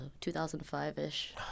2005-ish